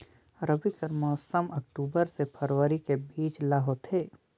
रबी कर मौसम अक्टूबर से फरवरी के बीच ल होथे